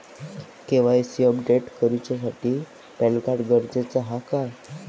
KYC update करूसाठी PAN card गरजेचा हा काय?